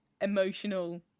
emotional